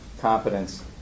competence